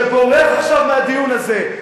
שבורח עכשיו מהדיון הזה,